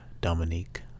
Dominique